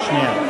שיא